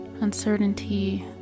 uncertainty